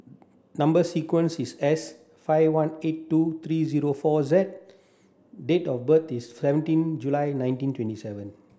number sequence is S five one eight two three zero four Z date of birth is seventeen July nineteen twenty seven